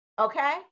Okay